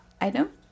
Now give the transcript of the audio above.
item